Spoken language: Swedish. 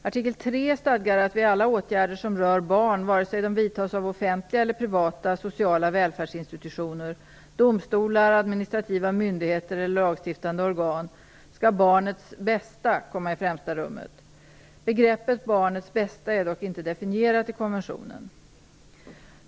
Artikel 3 stadgar att vid alla åtgärder som rör barn, oavsett om de vidtas av offentliga eller privata sociala välfärdsinstitutioner, domstolar, administrativa myndigheter eller lagstiftande organ, skall "barnets bästa" komma i främsta rummet. Begreppet "barnets bästa" är dock inte definierat i konventionen.